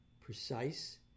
precise